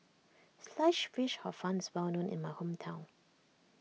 Sliced Fish Hor Fun is well known in my hometown